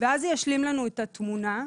ואז זה ישלים לנו את התמונה המלאה.